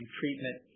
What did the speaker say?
treatment